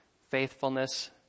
faithfulness